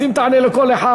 אז אם תענה לכל אחד,